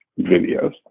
videos